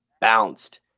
bounced